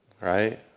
Right